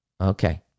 Okay